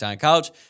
College